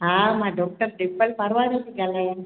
हा डॉक्टर डिंपल पारवारो थी ॻाल्हायां